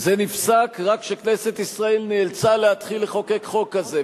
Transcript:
זה נפסק רק כשכנסת ישראל נאלצה להתחיל לחוקק חוק כזה,